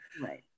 Right